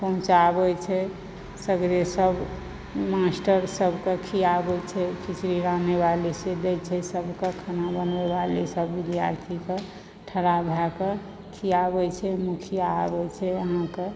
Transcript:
पहुँचाबैत छै सगरे सभ मास्टरसभक खियाबै छै खिचड़ी रान्हयिबाली से दय छै सभके खाना बनबैबाली सभ विद्यार्थीकऽ ठरा भयकऽ खियाबै छै मुखिआ आबैत छै अहाँक